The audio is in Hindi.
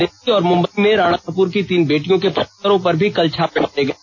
दिल्ली और मुम्बई में राणा कपूर की तीन बेटियों के परिसरों पर भी कर्ल छापे मारे गए